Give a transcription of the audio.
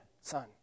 son